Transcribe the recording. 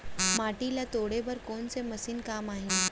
माटी ल तोड़े बर कोन से मशीन काम आही?